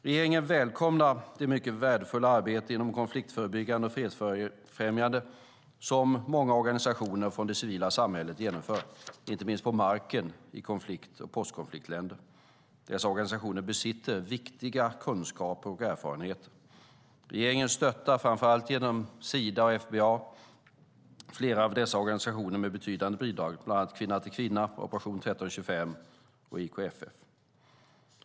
Regeringen välkomnar det mycket värdefulla arbete inom konfliktförebyggande och fredsfrämjande som många organisationer från det civila samhället genomför, inte minst på marken i konflikt och postkonfliktländer. Dessa organisationer besitter viktiga kunskaper och erfarenheter. Regeringen stöttar, framför allt genom Sida och FBA, flera av dessa organisationer med betydande bidrag, bland annat till Kvinna till kvinna, Operation 1325 och IKFF.